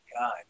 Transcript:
god